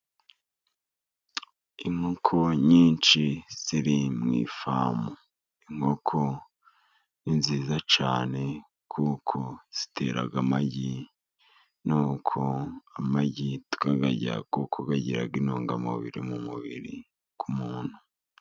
Inkoko nyinshi ziri mu ifamu, inkoko ni nziza cyane kuko zitera amagi, nuko amagi tukayarya, kuko agira intungamubiri mu mubiri w'umuntu.